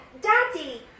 daddy